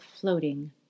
floating